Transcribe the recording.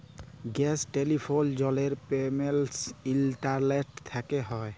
gas, telephone, জলের payment internet থ্যকে হয়